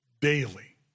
daily